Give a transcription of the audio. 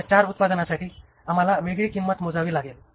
या 4 उत्पादनांसाठी आम्हाला वेगळी किंमत मोजावी लागेल